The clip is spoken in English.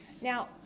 Now